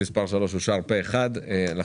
אושר פה-אחד.